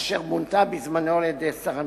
אשר מונתה בזמנו בידי שר המשפטים.